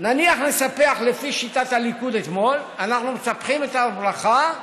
נניח שנספח לפי שיטת הליכוד אתמול: אנחנו מספחים את הר ברכה,